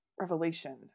revelation